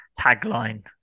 tagline